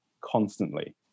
constantly